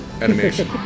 animation